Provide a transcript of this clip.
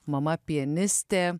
mama pianistė